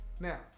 Now